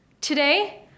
Today